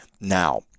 now